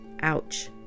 ouch